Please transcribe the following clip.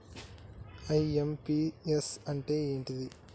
IMPS అంటే ఏంటిది?